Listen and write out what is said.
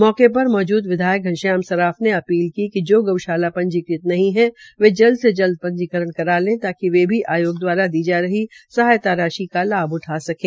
मौके पर मौजद् विधायक घनश्याम सर्राफ ने अपील की कि जो गऊशाला पंजीकृत नहीं है वे जल्द से जल्द पंजीकरण कराये ताकि वे भी आयगो दवारा दी जा रही सहायता राशि का लाभ उठा सकें